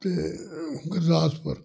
ਅਤੇ ਗੁਰਦਾਸਪੁਰ